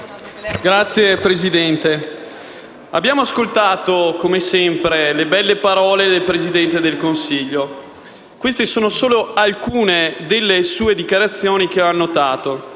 Signor Presidente, abbiamo ascoltato come sempre le belle parole del Presidente del Consiglio. Queste sono alcune delle sue dichiarazioni che ho annotato: